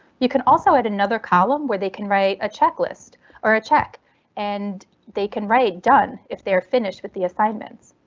you can also add another column where they can write a checklist or a check and they can write done if they're finished with the assignments.